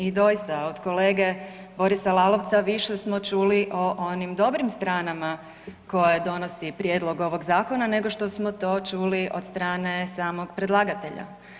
I doista od kolege Borisa Lalovca više smo čuli o onim dobrim stranama koje donosi prijedlog ovog zakona nego što smo to čuli od strane samog predlagatelja.